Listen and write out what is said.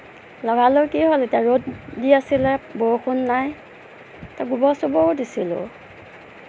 লগালে কি হ'ল এতিয়া ৰ'দ দি আছিলে বৰষুণ নাই গোবৰ চোবৰো দিছিলোঁ